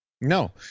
No